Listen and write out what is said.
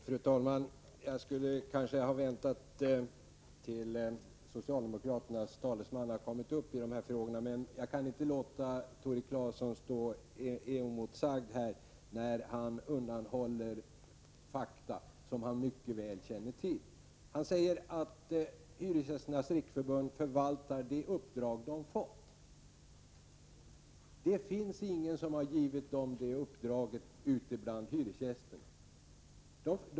Fru talman! Jag skulle kanske ha väntat tills socialdemokraternas talesman har yttrat sig i dessa frågor, men jag kan inte låta Tore Claeson stå oemotsagd här när han undanhåller fakta som han mycket väl känner till. Tore Claeson säger att Hyresgästernas riksförbund förvaltar det uppdrag som det har fått. Ingen av hyresgästerna har givit dem detta uppdrag.